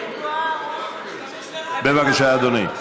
משתמש לרעה, בבקשה, אדוני.